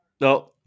No